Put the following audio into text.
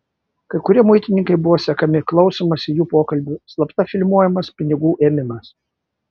kai kurie muitininkai buvo sekami klausomasi jų pokalbių slapta filmuojamas pinigų ėmimas